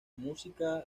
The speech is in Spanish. música